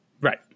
Right